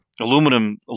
Aluminum